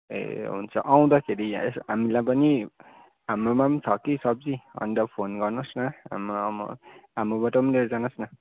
ए हुन्छ आउँदाखेरि हामीलाई पनि हाम्रोमा पनि छ कि सब्जी अन्त फोन गर्नुहोस् न हाम्रोबाट पनि लिएर जानुहोस् न